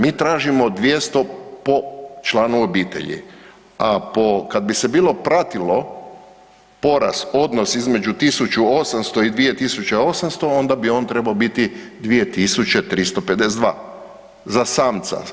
Mi tražimo 200 po članu obitelji, a kad bi se bilo pratilo porast, odnos između 1800 i 2800 onda bi on trebao biti 2352 za samca.